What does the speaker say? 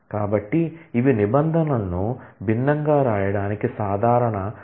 కాబట్టి ఇవి నిబంధనలను భిన్నంగా వ్రాయడానికి సాధారణ అనుకూలమైన మార్గాలు